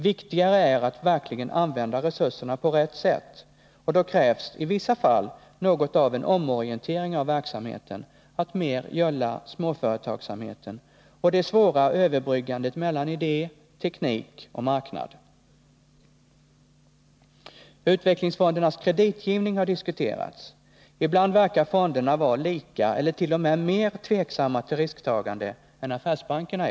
Viktigare är att verkligen använda resurserna på rätt sätt, och då krävs i vissa fall något av en omorientering av verksamheten till att mer gälla småföretagsamheten och det svåra överbryggandet mellan idé och teknik och marknad. Utvecklingsfondernas kreditgivning har diskuterats. Ibland verkar fonderna vara lika — eller t.o.m. mer — tveksamma till risktagande än affärsbankerna.